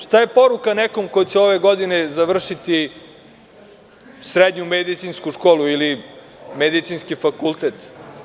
Šta je poruka nekom ko će ove godine završiti srednju medicinsku školu ili medicinski fakultet?